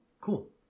Cool